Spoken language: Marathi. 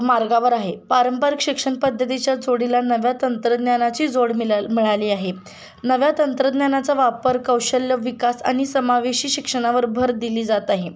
मार्गावर आहे पारंपरिक शिक्षण पद्धतीच्या जोडीला नव्या तंत्रज्ञानाची जोड मिला मिळाली आहे नव्या तंत्रज्ञानाचा वापर कौशल्यविकास आणि समावेशी शिक्षणावर भर दिली जात आहे